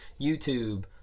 YouTube